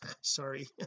sorry